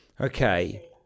Okay